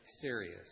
serious